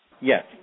Yes